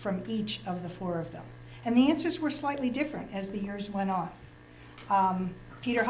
from each of the four of them and the answers were slightly different as the years went on peter